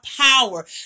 power